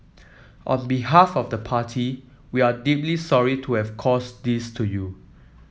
on behalf of the party we are deeply sorry to have caused this to you